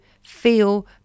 feel